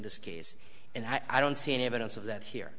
this case and i don't see any evidence of that here